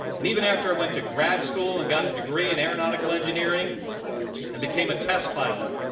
and even after went to grad school and got a degree in aeronautical engineering and became a test pilot,